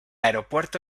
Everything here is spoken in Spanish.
aeropuerto